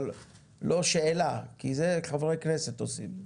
אבל לא שאלה כי זה חברי הכנסת עושים.